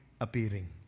appearing